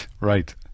right